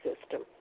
system